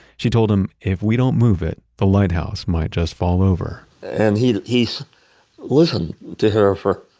she told him, if we don't move it, the lighthouse might just fall over. and he's he's listened to her for